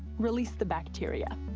release the bacteria.